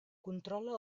controla